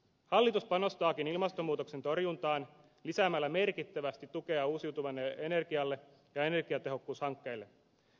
hallitus panostaakin ilmastonmuutoksen torjuntaan lisäämällä merkittävästi tukea uusiutuvalle energialle ja energiatehokkuushankkeille